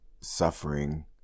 suffering